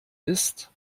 ist